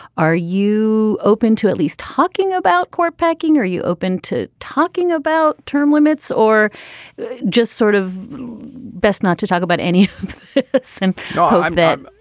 are you open to at least talking about court packing? are you open to talking about term limits or just sort of best not to talk about any and all that?